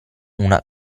una